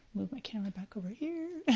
move my camera back over here.